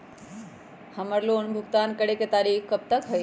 हमार लोन भुगतान करे के तारीख कब तक के हई?